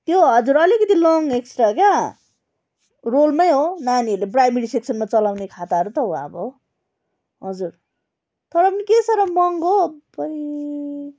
त्यो हजुर अलिकति लङ एक्स्ट्रा क्या रोलमै हो नानीहरूले प्राइमेरी सेक्सनमा चलाउने खाताहरू त हो अब हजुर तर पनि के साह्रो महँगो हो अप्पई